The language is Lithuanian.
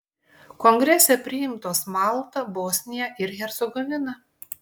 kongrese priimtos malta bosnija ir hercegovina